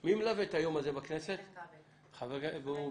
אני יודע את השקפת העולם של עירית.